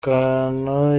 kantu